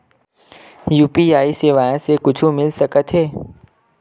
UPI सेवाएं से कुछु मिल सकत हे?